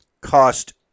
cost